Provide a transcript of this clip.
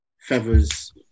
feathers